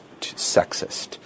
sexist